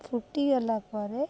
ଫୁଟିଗଲା ପରେ